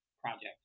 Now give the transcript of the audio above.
project